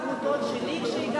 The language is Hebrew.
לא תמכתם בחוק העמותות שלי כשהגשתי?